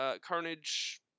Carnage